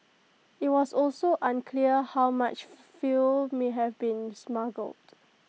IT was also unclear how much fuel may have been smuggled